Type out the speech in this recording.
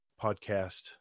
podcast